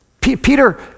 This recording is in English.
Peter